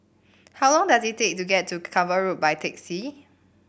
how long does it take to get to Cavan Road by taxi